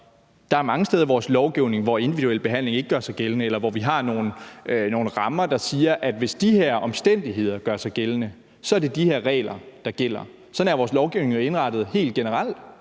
Der er mange steder i vores lovgivning, hvor individuel behandling ikke gør sig gældende, eller hvor vi har nogle rammer, der siger, at hvis visse omstændigheder gør sig gældende, er det visse regler, der gælder. Sådan er vores lovgivning jo indrettet helt generelt.